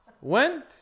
went